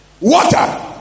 water